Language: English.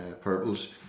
purples